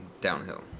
downhill